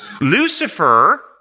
Lucifer